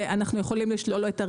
ואנחנו יכולים לשלול לו את הרישיון.